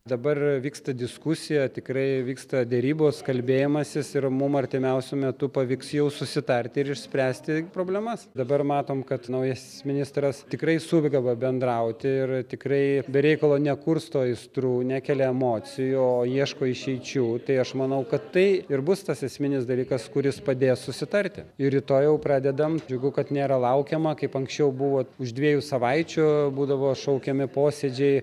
dabar vyksta diskusija tikrai vyksta derybos kalbėjimasis ir mum artimiausiu metu pavyks jau susitarti ir išspręsti problemas dabar matom kad naujasis ministras tikrai sugeba bendrauti ir tikrai be reikalo nekursto aistrų nekelia emocijų o ieško išeičių tai aš manau kad tai ir bus tas esminis dalykas kuris padės susitarti ir rytoj jau pradedam džiugu kad nėra laukiama kaip anksčiau buvo už dviejų savaičių būdavo šaukiami posėdžiai